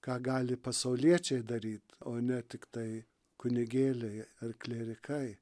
ką gali pasauliečiai daryt o ne tiktai kunigėli ar klierikai